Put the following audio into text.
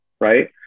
right